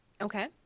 Okay